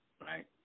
right